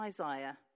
Isaiah